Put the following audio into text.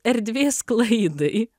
erdvės klaidai